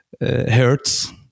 hertz